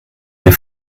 wir